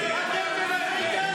אני לא רוצה, הרמטכ"ל דיבר.